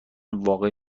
واقع